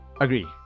Agree